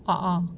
ah ah